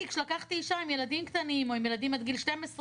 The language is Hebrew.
כשלקחתי אישה עם ילדים קטנים או עם ילדים עד גיל 12,